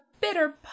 bitter